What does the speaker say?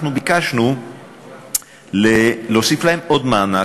אנחנו ביקשנו להוסיף להם עוד מענק,